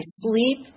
sleep